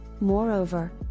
Moreover